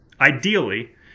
ideally